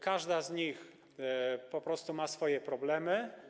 Każda z nich po prostu ma swoje problemy.